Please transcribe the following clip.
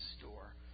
store